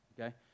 okay